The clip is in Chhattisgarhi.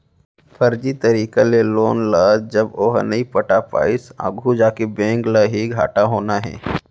फरजी तरीका के लोन ल जब ओहा नइ पटा पाइस आघू जाके बेंक ल ही घाटा होना हे